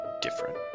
different